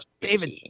David